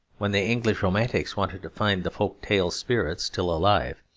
when the english romantics wanted to find the folk-tale spirit still alive,